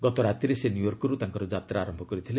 ଗତ ରାତିରେ ସେ ନ୍ୟୁୟର୍କରୁ ତାଙ୍କର ଯାତ୍ରା ଆରମ୍ଭ କରିଥିଲେ